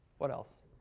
what else?